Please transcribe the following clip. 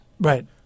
Right